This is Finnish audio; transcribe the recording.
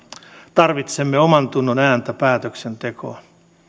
tarvitsemme omantunnon ääntä päätöksentekoon